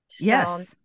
Yes